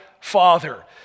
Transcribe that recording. Father